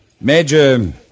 Major